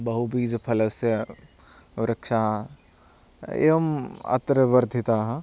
बहुबीजफलस्य वृक्षाः एवम् अत्र वर्धिताः